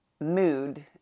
mood